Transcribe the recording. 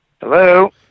Hello